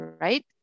right